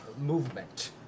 movement